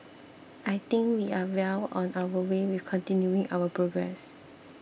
I think we are well on our way with continuing our progress